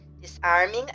Disarming